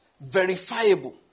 verifiable